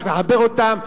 צריך לחבר אותם,